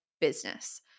business